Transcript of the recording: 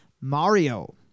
Mario